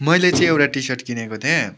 मैले चाहिँ एउटा टिसर्ट किनेको थिएँ